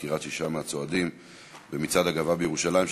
דקירת שישה מהצועדים במצעד הגאווה בירושלים.